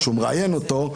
כשהוא מראיין אותו,